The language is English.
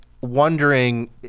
wondering